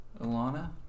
Alana